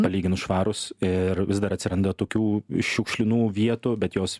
palyginus švarus ir vis dar atsiranda tokių šiukšlinų vietų bet jos